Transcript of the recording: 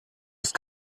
ist